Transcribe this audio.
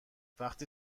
وقتی